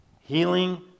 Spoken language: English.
healing